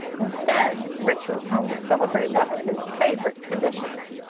instead, rich was home to celebrate one of his favorite traditions,